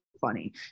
funny